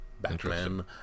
batman